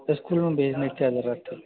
तो स्कूल में भेजने की क्या ज़रूरत थी